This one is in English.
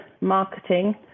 marketing